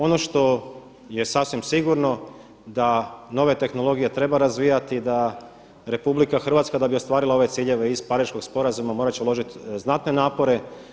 Ono što je sasvim sigurno da nove tehnologije treba razvijati i da RH da bi ostvarila ove ciljeve iz Pariškog sporazuma morat će uložiti znatne napore.